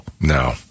No